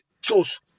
shows